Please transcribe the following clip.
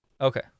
okay